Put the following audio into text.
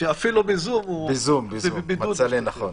אפילו בזום ובבידוד ---- הוא מצא לנכון.